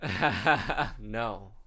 No